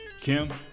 Kim